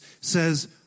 says